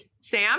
Sam